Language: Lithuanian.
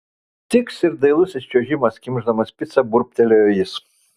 tiks ir dailusis čiuožimas kimšdamas picą burbtelėjo jis